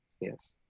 Yes